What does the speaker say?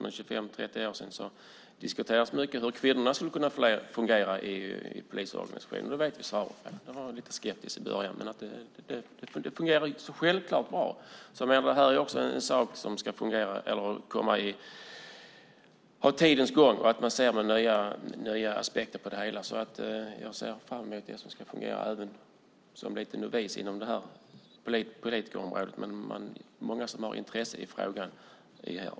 För 25-30 år sedan diskuterades det mycket hur kvinnor skulle kunna fungera i polisorganisationen. Nu vet vi svaret. Man var lite skeptisk i början, men det fungerar självfallet bra. Detta är också en sak som kommer med tidens gång. Man får nya aspekter på det hela. Jag ser fram emot att det hela ska fungera även som lite av en novis på detta politikområde. Det är många som har intressen i frågan.